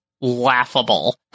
laughable